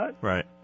Right